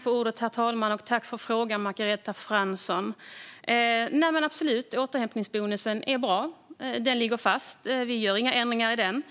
Herr talman! Jag tackar Margareta Fransson för frågan. Återhämtningsbonusen är absolut bra, och den ligger fast - vi gör inga ändringar i den.